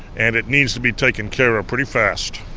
and it needs to be taken care of pretty fast.